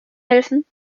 helfen